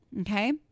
Okay